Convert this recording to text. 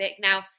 Now